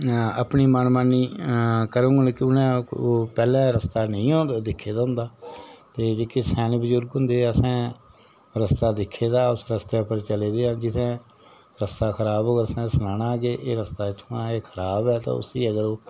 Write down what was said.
अ अपनी मनमानी करूङन ते उ'नें ओह् पैह्लें रस्ता नेईं ओह् दिक्खे दा होंदा ते जेह्के स्याने बजुरग होंदे असें रस्ता दिक्खे दा उस रस्ते उप्पर चले दे आं जि'त्थें रस्ता खराब होऐ उ'त्थें सनाना की एह् रस्ता इत्थुआं खराब ऐ ते उसी अगर ओह्